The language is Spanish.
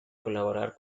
colaborar